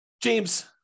James